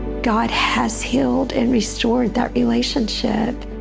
god has healed and restored that relationship,